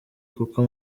kuko